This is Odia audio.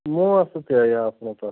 ମୁଁ ଆସୁଛି ଆଜ୍ଞା ଆପଣ ଙ୍କ ପାଖକୁ